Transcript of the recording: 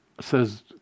says